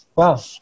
Wow